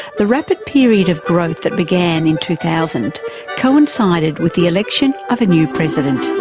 the rapid period of growth that began in two thousand coincided with the election of a new president.